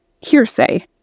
hearsay